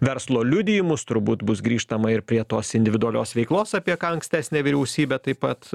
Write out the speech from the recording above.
verslo liudijimus turbūt bus grįžtama ir prie tos individualios veiklos apie ką ankstesnė vyriausybė taip pat